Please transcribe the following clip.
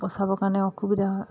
বচাবৰ কাৰণে অসুবিধা হয়